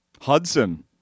Hudson